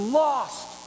lost